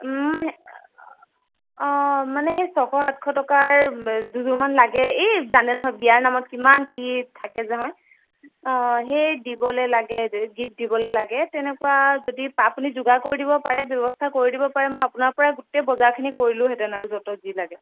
অঁ মানে সেই ছয়শ সাতশ টকাৰ দুযোৰমান লাগে এই জানে নহয় বিয়াৰ নামত কিমান কি থাকে নহয় অঁ সেই দিবলৈ লাগে গিফ্ট দিবলৈ লাগে তেনেকুৱা যদি আপুনি যোগাৰ কৰি দিব পাৰে ব্যৱস্থা কৰি দিব পাৰে মই আপোনাৰ পৰাই গোটেই বজাৰখিনি কৰিলোহেঁতেন যত যি লাগে